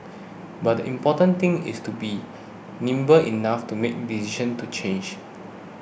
but the important thing is to be nimble enough to make decision to change